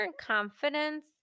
confidence